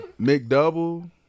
McDouble